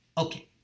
Okay